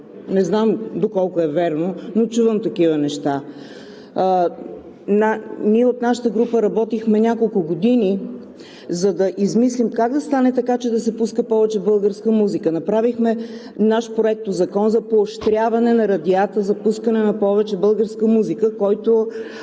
Не знам доколко е вярно, но чувам такива неща. Ние от нашата група работихме няколко години, за да измислим как да стане така, че да се пуска повече българска музика, направихме наш проектозакон за поощряване на радиата, за пускане на повече българска музика, който